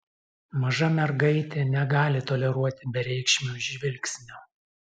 maža mergaitė negali toleruoti bereikšmio žvilgsnio